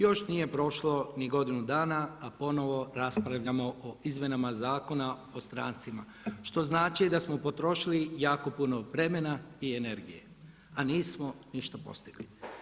Još nije prošlo ni godinu dana, a ponovo raspravljamo o izmjenama Zakona o strancima, što znači da smo potrošili jako puno vremena i energije, a nismo ništa postigli.